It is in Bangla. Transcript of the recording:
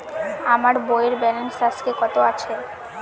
আমার বইয়ের ব্যালেন্স আজকে কত আছে?